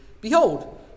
Behold